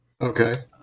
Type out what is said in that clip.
Okay